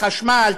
חשמל,